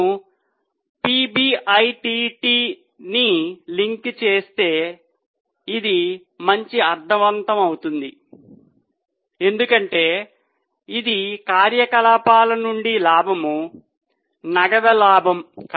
మనము పిబిడిఐటిని లింక్ చేస్తే అది మంచి అర్థవంతం అవుతుంది ఎందుకంటే ఇది కార్యకలాపాల నుండి లాభం నగదు లాభం